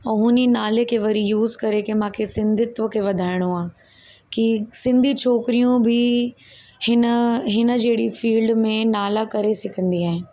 ऐं हुन नाले खे वरी यूस करे के मूंखे सिंधियत खे वधाइणो आहे कि सिंधी छोकिरियूं बि हिन हिन जहिड़ी फ़ील्ड में नाला करे सघंदी आहिनि